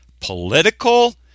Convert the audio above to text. political